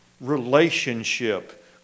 relationship